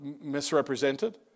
misrepresented